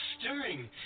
stirring